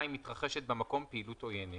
מתרחשת במקום פעילות עוינת.